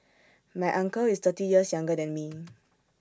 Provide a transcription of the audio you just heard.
my uncle is thirty years younger than me